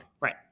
Right